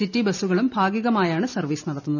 city ബസുകളും ഭാഗികമായാണ് service നടത്തുന്നത്